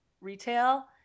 retail